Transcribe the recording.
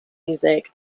music